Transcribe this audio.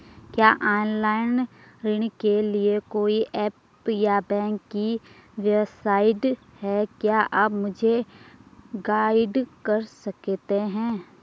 क्या ऑनलाइन ऋण के लिए कोई ऐप या बैंक की वेबसाइट है क्या आप मुझे गाइड कर सकते हैं?